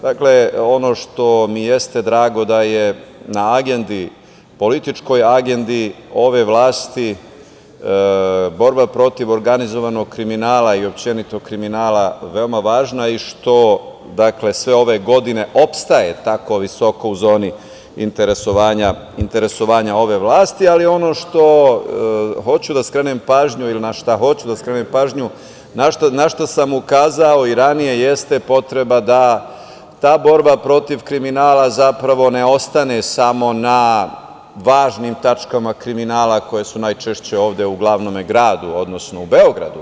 Dakle, ono što mi jeste drago to je da na agendi, političkoj agendi ove vlasti borba protiv organizovanog kriminala i uopšteno kriminala veoma važna i što sve ove godine opstaje tako visoko u zoni interesovanja ove vlasti, ali ono na šta hoću da skrenem pažnju, na šta sam ukazao i ranije jeste potreba da ta borba protiv kriminala zapravo ne ostane samo na važnim tačkama kriminala koje su najčešće ovde u glavnom gradu, odnosno u Beogradu.